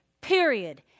Period